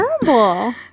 terrible